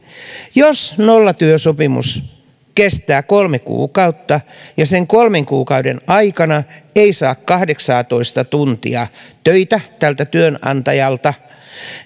jos nollatyösopimus kestää kolme kuukautta ja sen kolmen kuukauden aikana ei saa kahdeksaatoista tuntia töitä työnantajalta